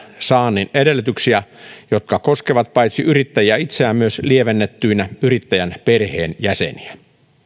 saannin edellytyksiä jotka koskevat paitsi yrittäjää itseään myös lievennettyinä yrittäjän perheenjäseniä